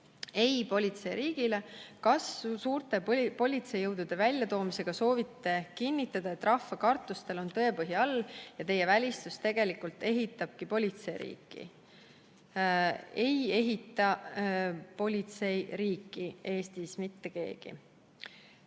"Ei politseiriigile!" Kas suurte politseijõudude väljatoomisega soovite kinnitada, et rahva kartustel on tõepõhi all ja teie valistus tegelikult ehitabki politseiriiki?" Ei ehita politseiriiki Eestis mitte keegi.